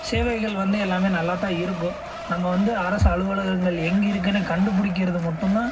சேவைகள் வந்து எல்லாம் நல்லாத்தான் இருக்கும் நம்ம வந்து அரசு அலுவலகங்கள் எங்கே இருக்குன்னு கண்டுப்பிடிக்கிறது மட்டும் தான்